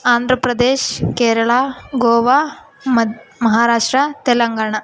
ಆಂಧ್ರ ಪ್ರದೇಶ ಕೇರಳ ಗೋವಾ ಮದ್ ಮಹಾರಾಷ್ಟ್ರ ತೆಲಂಗಾಣ